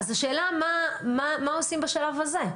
אז השאלה מה עושים בשלב הזה.